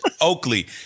Oakley